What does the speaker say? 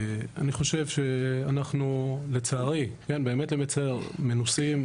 אנחנו לצערי מנוסים,